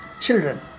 children